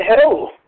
hell